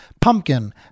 pumpkin